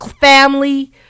family